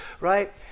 right